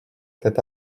cet